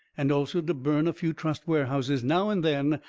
and also to burn a few trust warehouses now and then,